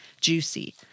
juicy